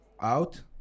out